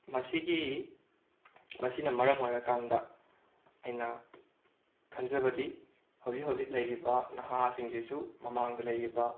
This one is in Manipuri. ꯃꯁꯤꯒꯤ ꯃꯁꯤꯅ ꯃꯔꯝ ꯑꯣꯏꯔꯀꯥꯟꯗ ꯑꯩꯅ ꯈꯟꯖꯕꯗꯤ ꯍꯧꯖꯤꯛ ꯍꯧꯖꯤꯛ ꯂꯩꯔꯤꯕ ꯅꯍꯥꯁꯤꯡꯁꯤꯁꯨ ꯃꯃꯥꯡꯗ ꯂꯩꯔꯤꯕ